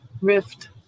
rift